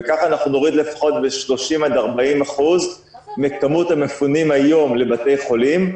בכך נוריד לפחות ב-30%-40% את כמות המפונים היום לבתי החולים.